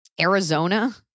Arizona